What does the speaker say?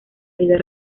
vida